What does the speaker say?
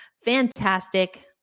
Fantastic